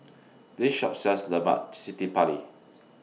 This Shop sells Lemak Cili Padi